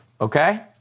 okay